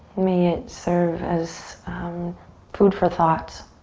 may it serve as um food for thought.